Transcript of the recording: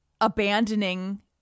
abandoning